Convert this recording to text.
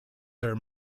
their